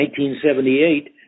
1978